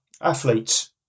Athletes